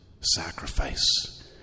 sacrifice